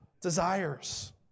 desires